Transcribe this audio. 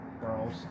girls